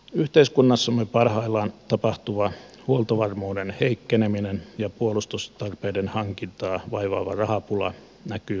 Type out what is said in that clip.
yhteiskunnassamme parhaillaan tapahtuva huoltovarmuuden heikkeneminen ja puolustustarpeiden hankintaa vaivaava rahapula näkyy vain lisääntyvän